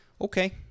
Okay